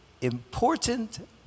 Important